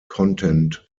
content